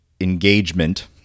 engagement